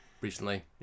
recently